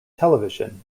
television